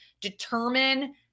Determine